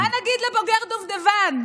מה נגיד לבוגר דובדבן?